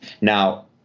Now